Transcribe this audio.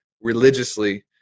religiously